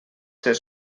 ser